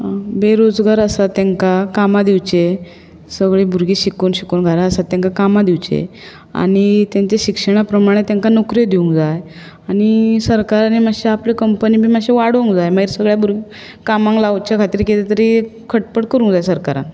बेरोजगार आसा तांकां कामां दिवचें सगळीं भुरगीं शिकून शिकून घरा आसात तांकां कामां दिवचें आनी तांच्या शिक्षणां प्रमाणें तांकां नोकऱ्यो दिवंक जाय आनी सरकारानूय मातश्यो आपल्यो कंपन्यो मातश्यो वाडोवंक जाय मागीर सगळ्या भुरग्यांक कामाक लावचे खातीर कितें तरी खटपट करूंक जाय सरकारान